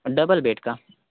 double bed का